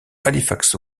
halifax